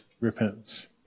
repentance